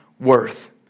worth